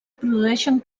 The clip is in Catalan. produeixen